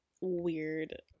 weird